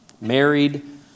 Married